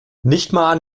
nichtmal